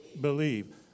believe